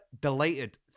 delighted